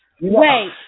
Wait